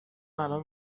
الان